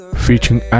featuring